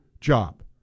job